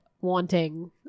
wanting